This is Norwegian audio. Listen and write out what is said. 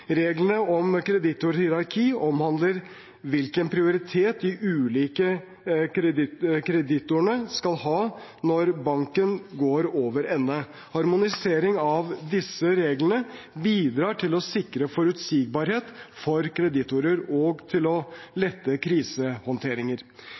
Reglene om kreditorhierarki omhandler hvilken prioritet de ulike kreditorene skal ha når banken går over ende. Harmonisering av disse reglene bidrar til å sikre forutsigbarhet for kreditorer og til å